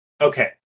okay